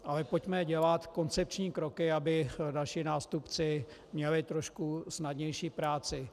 Ale pojďme dělat koncepční kroky, aby další nástupci měli trošku snadnější práci.